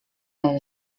les